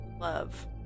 love